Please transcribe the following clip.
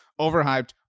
Overhyped